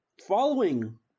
following